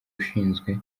ushinzwe